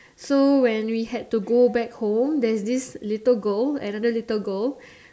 so when we had to go back home there's this little girl another little girl